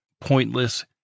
pointless